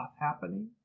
happening